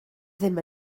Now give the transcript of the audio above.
ddim